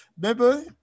remember